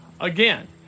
Again